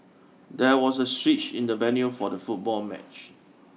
there was a switch in the venue for the football match